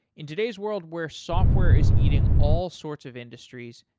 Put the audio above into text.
in today's world where software is eating all sorts of industries,